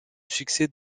succès